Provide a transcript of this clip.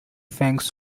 fangs